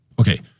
Okay